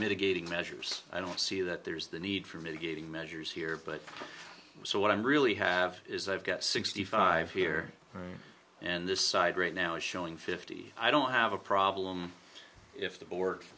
mitigating measures i don't see that there's the need for mitigating measures here but so what i'm really have is i've got sixty five here and this side right now is showing fifty i don't have a problem if the bo